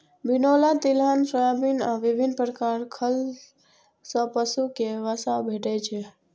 बिनौला, तिलहन, सोयाबिन आ विभिन्न प्रकार खल सं पशु कें वसा भेटै छै